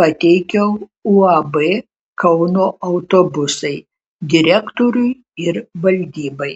pateikiau uab kauno autobusai direktoriui ir valdybai